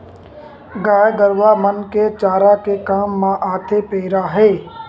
गाय गरुवा मन के चारा के काम म आथे पेरा ह